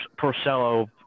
Porcello